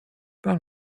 par